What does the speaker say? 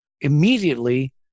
immediately